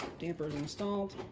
damper's installed.